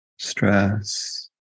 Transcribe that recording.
Stress